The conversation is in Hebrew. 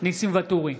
ניסים ואטורי,